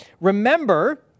remember